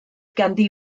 ganddi